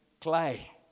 clay